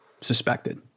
suspected